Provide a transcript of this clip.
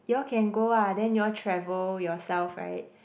you all can go ah then you all travel yourself right